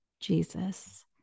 Jesus